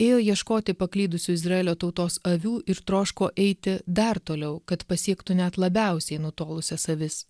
ėjo ieškoti paklydusių izraelio tautos avių ir troško eiti dar toliau kad pasiektų net labiausiai nutolusias avis